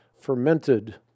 fermented